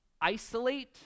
isolate